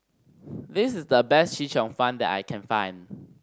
this is the best Chee Cheong Fun that I can find